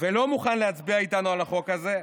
ולא מוכן להצביע איתנו על החוק הזה.